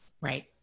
Right